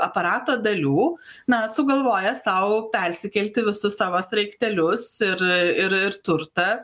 aparato dalių na sugalvoja sau persikelti visus savo sraigtelius ir ir turtą